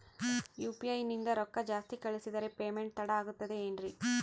UPI ನಿಂದ ರೊಕ್ಕ ಜಾಸ್ತಿ ಕಳಿಸಿದರೆ ಪೇಮೆಂಟ್ ತಡ ಆಗುತ್ತದೆ ಎನ್ರಿ?